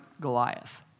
Goliath